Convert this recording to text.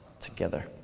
together